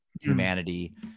humanity